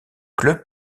club